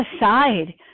aside